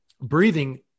breathing